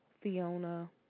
Fiona